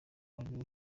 mubi